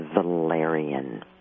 valerian